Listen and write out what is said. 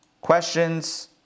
Questions